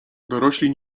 dorośli